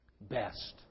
best